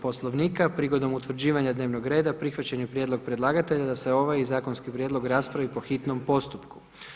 Poslovnika prigodom utvrđivanja dnevnog reda prihvaćen je prijedlog predlagatelja da se ovaj zakonski prijedlog raspravi po hitnom postupku.